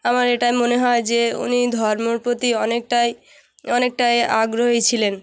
আমার এটা মনে হয় যে উনি ধর্মর প্রতি অনেকটাই অনেকটাই আগ্রহী ছিলেন